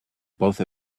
both